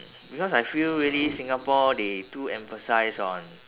mm because I feel really singapore they too emphasise on